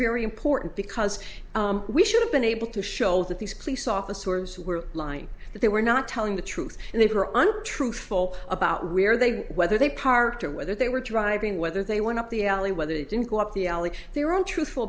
very important because we should have been able to show that these police officers who were lying that they were not telling the truth and they were truthful about where they whether they parked or whether they were driving whether they went up the alley whether they didn't go up the alley their own truthful